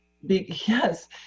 yes